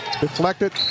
Deflected